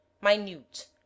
minute